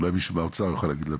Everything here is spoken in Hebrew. אולי מישהו מהאוצר יוכל להגיד לנו?